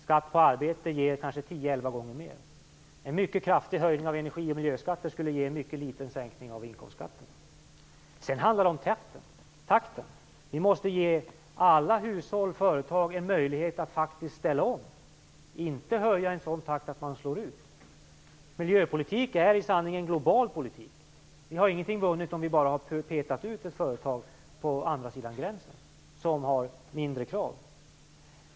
Skatten på arbete ger 10-11 gånger mer. En mycket stor höjning av energi och miljöskatter skulle ge en mycket liten sänkning av inkomstskatten. Det handlar också om takten. Vi måste ge alla hushåll och företag möjlighet att ställa om, och inte höja i en sådan takt att de slås ut. Miljöpolitik är i sanning en global politik. Vi har ingenting vunnit om vi bara har petat ut ett företag på andra sidan gränsen till ett land med mindre krav.